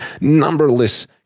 numberless